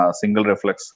single-reflex